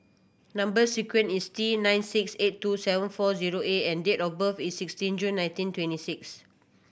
number sequence is T nine six eight two seven four zero A and date of birth is sixteen June nineteen twenty six